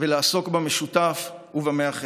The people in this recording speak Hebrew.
ולעסוק במשותף ובמאחד.